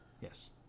yes